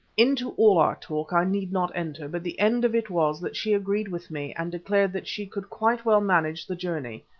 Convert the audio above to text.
into all our talk i need not enter, but the end of it was that she agreed with me, and declared that she could quite well manage the journey,